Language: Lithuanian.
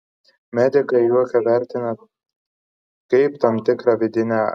medikai juoką vertina kaip tam tikrą vidinę aerobiką